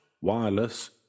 wireless